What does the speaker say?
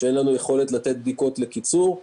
כשאין לנו יכולת לתת בדיקות לקיצור.